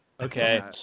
Okay